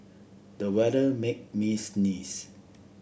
the weather made me sneeze